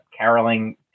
caroling